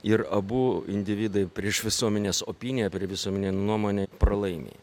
ir abu individai prieš visuomenės opiniją prie visuomenę nuomonę pralaimi